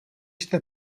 jste